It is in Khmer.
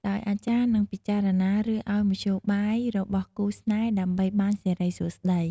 ដោយអាចារ្យនឹងពិចារណា ឬឲ្យមធ្យោបាយរបស់គូស្នេហ៍ ដើម្បីបានសិរីសួស្តី។